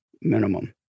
minimum